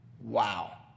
Wow